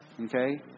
Okay